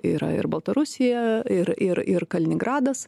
yra ir baltarusija ir ir ir kaliningradas